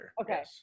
Okay